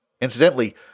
Incidentally